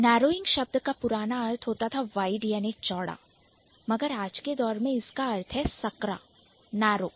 Narrowing शब्द का पुराना अर्थ Wide वाइड चौड़ा हुआ करता था मगर आज के दौर में इसका अर्थ है सकरा Narrow है